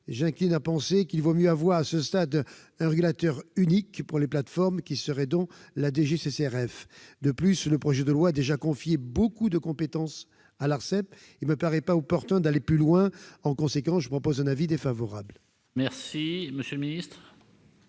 j'incline à penser qu'il vaut mieux avoir, à ce stade, un régulateur unique pour les plateformes, qui serait donc la DGCCRF. De plus, le projet de loi confie déjà beaucoup de compétences à l'Arcep. Il ne me paraît pas opportun d'aller plus loin. En conséquence, j'émets un avis défavorable sur cet amendement.